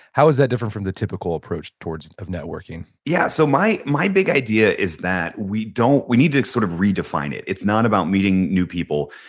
how is that different from the typically approach towards of networking? yeah so my my big idea is that we don't, we need to sort of redefine it. it's not about meeting new people.